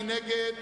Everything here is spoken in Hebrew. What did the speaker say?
מי נגד?